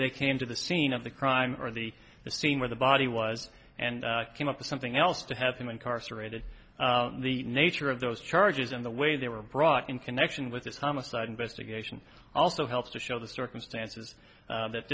they came to the scene of the crime or the scene where the body was and came up with something else to have him incarcerated the nature of those charges in the way they were brought in connection with this homicide investigation also helps to show the circumstances that